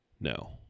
No